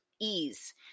ease